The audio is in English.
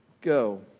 go